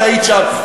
שהיית שם,